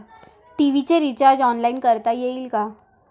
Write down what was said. TV चे recharge online करता येईल का?